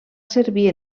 servir